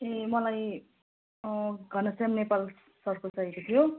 ए मलाई घनश्याम नेपाल सरको चाहिएको थियो